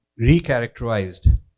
recharacterized